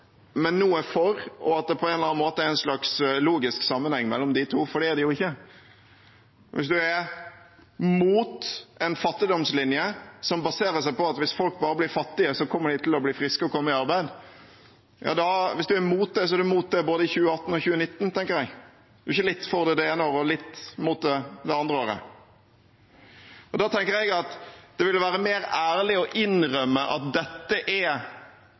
men nå er for, og at det på en eller annen måte er en slags logisk sammenheng mellom de to, for det er det jo ikke. Hvis en er imot en fattigdomslinje som baserer seg på at hvis folk bare blir fattige, kommer de til å bli friske og komme i arbeid, er en imot det både i 2018 og i 2019, tenker jeg. En er ikke litt for det det ene året og litt imot det det andre året. Da tenker jeg at det ville være mer ærlig å innrømme at dette er